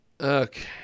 Okay